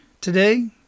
today